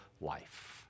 life